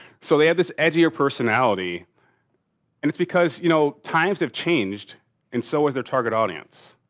so, they had this edgier personality and it's because, you know, times have changed and so has their target audience.